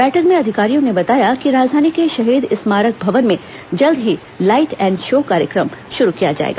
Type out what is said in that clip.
बैठक में अधिकारियों ने बताया कि राजधानी के शहीद स्मारक भवन में जल्दी ही लाइट एंड शो कार्यक्रम शुरू किया जाएगा